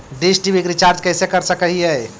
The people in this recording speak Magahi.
डीश टी.वी के रिचार्ज कैसे कर सक हिय?